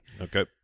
Okay